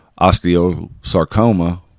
osteosarcoma